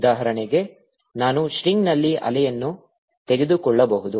ಉದಾಹರಣೆಗೆ ನಾನು ಸ್ಟ್ರಿಂಗ್ನಲ್ಲಿ ಅಲೆಯನ್ನು ತೆಗೆದುಕೊಳ್ಳಬಹುದು